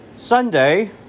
Sunday